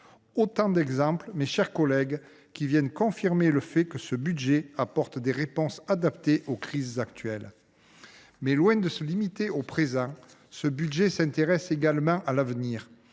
autant d’exemples qui viennent confirmer que ce budget apporte des réponses adaptées aux crises actuelles. Mais loin de se limiter au présent, ce budget s’intéresse également à l’avenir.